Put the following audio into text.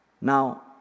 Now